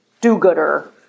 do-gooder